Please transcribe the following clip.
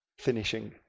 Finishing